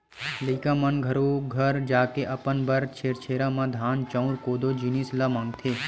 लइका मन घरो घर जाके अपन बर छेरछेरा म धान, चाँउर, कोदो, जिनिस ल मागथे